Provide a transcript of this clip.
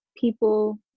people